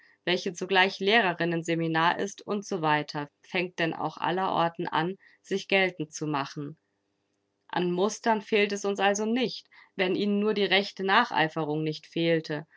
welche zugleich lehrerinnen seminar ist u s w fängt denn auch aller orten an sich geltend zu machen an mustern fehlt es uns also nicht wenn ihnen nur die rechte nacheiferung nicht fehlte